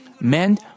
men